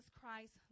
Christ